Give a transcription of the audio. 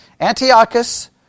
Antiochus